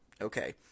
okay